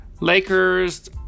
Lakers